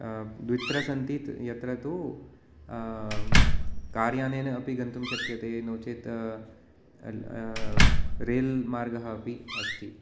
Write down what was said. द्वित्रसन्ति त् यत्र तु कार् यानेन अपि गन्तुं शक्यते नो चेत् रेल् मार्गः अपि अस्ति